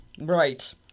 Right